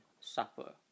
suffer